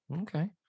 okay